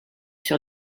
sur